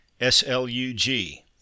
S-L-U-G